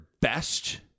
best –